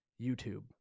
YouTube